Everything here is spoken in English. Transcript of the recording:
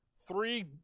three